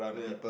yeah